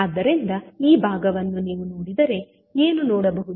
ಆದ್ದರಿಂದ ಈ ಭಾಗವನ್ನು ನೀವು ನೋಡಿದರೆ ಏನು ನೋಡಬಹುದು